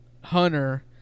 Hunter